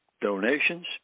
donations